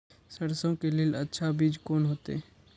सरसों के लेल अच्छा बीज कोन होते?